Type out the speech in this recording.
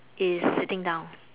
is sitting down